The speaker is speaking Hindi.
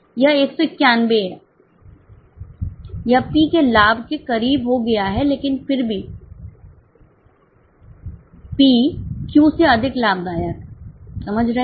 यह 191 है यह P के लाभ के करीब हो गया है लेकिन फिर भी P Q से अधिक लाभदायक है समझ रहे हैं